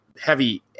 heavy